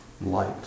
light